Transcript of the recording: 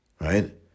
right